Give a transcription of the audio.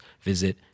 visit